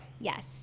yes